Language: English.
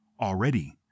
Already